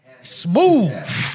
Smooth